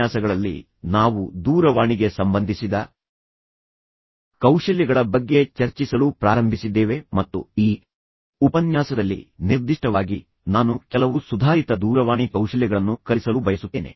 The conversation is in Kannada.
ಈ ವಾರದಲ್ಲಿ ನಾವು ವಿಶೇಷವಾಗಿ ಸಂವಹನದ ಮೇಲೆ ಕೇಂದ್ರೀಕರಿಸಿದ್ದೇವೆ ಮತ್ತು ಹಿಂದಿನ 2 ಉಪನ್ಯಾಸಗಳಲ್ಲಿ ನಾವು ದೂರವಾಣಿಗೆ ಸಂಬಂಧಿಸಿದ ಕೌಶಲ್ಯಗಳ ಬಗ್ಗೆ ಚರ್ಚಿಸಲು ಪ್ರಾರಂಭಿಸಿದ್ದೇವೆ ಮತ್ತು ಈ ಉಪನ್ಯಾಸದಲ್ಲಿ ನಿರ್ದಿಷ್ಟವಾಗಿ ನಾನು ಕೆಲವು ಸುಧಾರಿತ ದೂರವಾಣಿ ಕೌಶಲ್ಯಗಳನ್ನು ಕಲಿಸಲು ಬಯಸುತ್ತೇನೆ